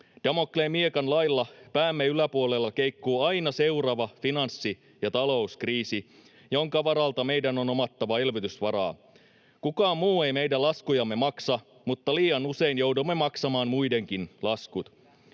Damokleen miekan lailla päämme yläpuolella keikkuu aina seuraava finanssi‑ ja talouskriisi, jonka varalta meidän on omattava elvytysvaraa. Kukaan muu ei meidän laskujamme maksa, mutta liian usein joudumme maksamaan muidenkin laskut